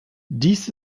dies